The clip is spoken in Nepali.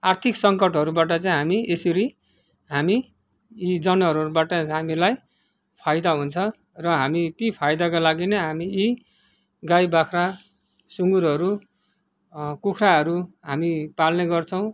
आर्थिक सङ्कटहरूबाट चाहिँ हामी यसरी हामी यी जनवारहरूबाट हामीलाई फाइदा हुन्छ र हामी ती फाइदाका लागि नै हामी गाई बाख्रा सुँगुरहरू कुखुराहरू हामी पाल्ने गर्छौँ